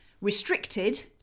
Restricted